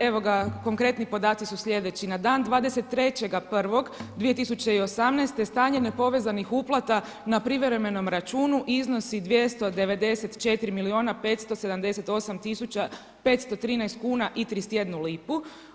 evo ga, konkretni podaci su slijedeći, na dan 23.1.2018. stanje nepovezanih uplata na privremenom računu iznosi 294 milijuna 578 tisuća 513 kuna i 31 lipu.